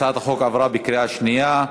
הצעת החוק עברה בקריאה שנייה.